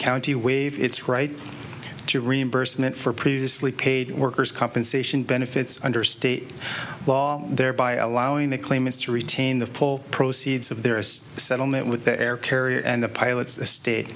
county waive its right to reimbursement for previously paid workers compensation benefits under state law thereby allowing the claim is to retain the full proceeds of their settlement with the air carrier and the pilots state